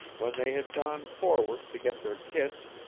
when they had gone forward to get their kits,